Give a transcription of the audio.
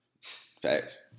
Facts